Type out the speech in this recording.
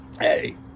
Hey